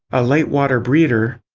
a light water breeder,